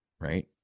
right